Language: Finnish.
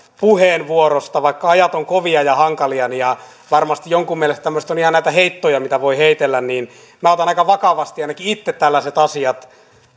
puheenvuorosta vaikka ajat ovat kovia ja hankalia ja varmasti jonkun mielestä tämmöiset ovat ihan näitä heittoja joita voi heitellä niin ainakin minä otan aika vakavasti itse tällaiset asiat